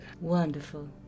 Wonderful